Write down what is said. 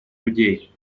людей